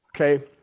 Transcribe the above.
Okay